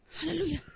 Hallelujah